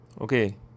Okay